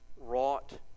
wrought